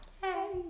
Hey